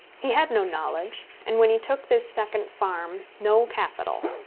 he had no knowledge, and, when he took this second farm, no capital.